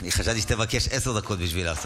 אני חשבתי שתבקש עשר דקות בשבילה.